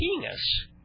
penis